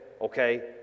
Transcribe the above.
Okay